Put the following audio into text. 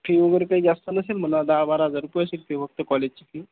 fee वगैरे काही जास्त नसेल म्हणा दहा बारा हजार रुपये असेल फी फक्त कॉलेजची फी